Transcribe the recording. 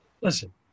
listen